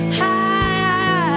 high